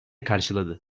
karşıladı